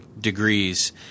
degrees